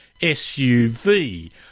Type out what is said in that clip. SUV